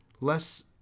less